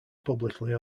publicly